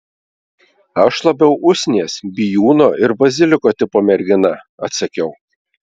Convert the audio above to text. aš labiau usnies bijūno ir baziliko tipo mergina atsakiau